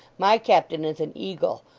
my captain is an eagle,